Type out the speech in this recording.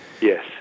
Yes